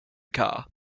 car